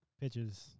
Pitches